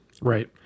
right